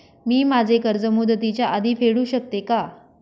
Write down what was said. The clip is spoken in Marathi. मी माझे कर्ज मुदतीच्या आधी फेडू शकते का?